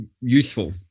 useful